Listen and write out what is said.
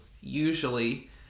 usually